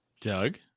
Doug